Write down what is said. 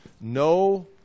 No